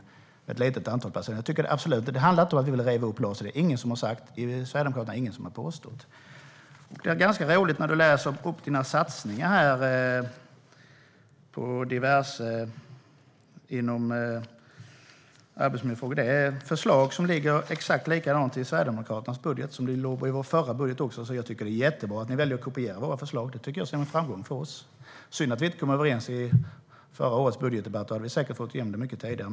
Det handlar inte om att vi vill riva upp LAS. Det är ingen sverigedemokrat som har påstått det. Det är ganska roligt när du läser upp dina satsningar på diverse saker inom arbetsmiljöområdet. Dessa förslag ser exakt likadana ut som dem som finns i Sverigedemokraternas budget. De fanns med även i vår budget från förra året. Jag tycker att det är jättebra att ni väljer att kopiera våra förslag. Det ser jag som en framgång för oss. Synd att vi inte kom överens vid förra årets budgetdebatt. Då hade ni säkert fått igenom det mycket tidigare.